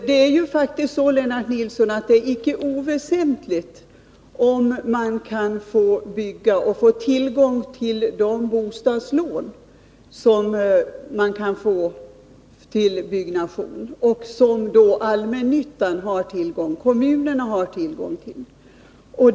Herr talman! Det är icke oväsentligt, Lennart Nilsson, om man kan få tillgång till de bostadslån som finns för byggnation och som allmännyttan och kommunerna har tillgång till.